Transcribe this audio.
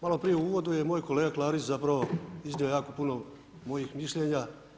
Malo prije u uvodu je moj kolega Klarić iznio jako puno mojih mišljenja.